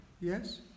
Yes